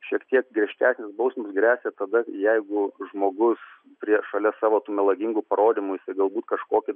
šiek tiek griežtesnės bausmės gresia tada jeigu žmogus prie šalia savo tų melagingų parodymų jisai galbūt kažkokį